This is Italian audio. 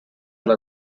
alla